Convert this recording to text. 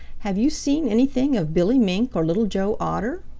have you seen anything of billy mink or little joe otter?